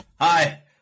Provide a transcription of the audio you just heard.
Hi